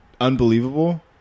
unbelievable